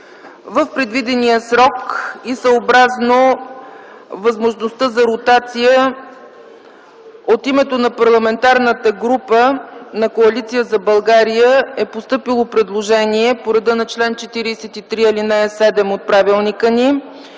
В предвидения срок и съобразно възможността за ротация от името на Парламентарната група на Коалиция за България е постъпило предложение по реда на чл. 43, ал. 7 от Правилника за